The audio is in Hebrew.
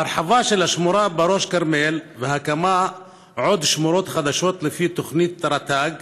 ההרחבה של השמורה בראש כרמל והקמת עוד שמורות חדשות לפי תוכנית רט"ג,